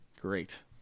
Great